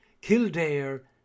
Kildare